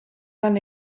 lan